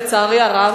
לצערי הרב,